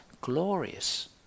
glorious